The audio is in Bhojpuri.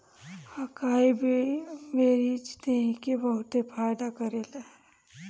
अकाई बेरीज देहि के बहुते फायदा करेला